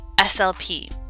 SLP